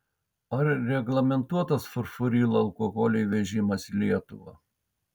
ar reglamentuotas furfurilo alkoholio įvežimas į lietuvą